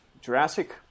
Jurassic